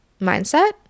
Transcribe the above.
mindset